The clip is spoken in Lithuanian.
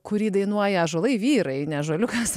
kurį dainuoja ąžuolai vyrai ne ąžuoliukas